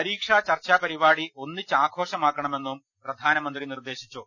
പരീക്ഷ ചർച്ചാപരിപാടി ഒന്നിച്ച് ആഘോഷമാക്കണമെന്നും പ്രധാനമന്ത്രി നിർദേശിച്ചു